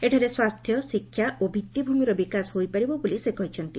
ଏଠାରେ ସ୍ୱାସ୍ସ୍ୟ ଶିକ୍ଷା ଓ ଭିଉିଭ୍ମିର ବିକାଶ ହୋଇପାରିବ ବୋଲି ସେ କହିଛନ୍ତି